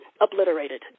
obliterated